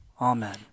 Amen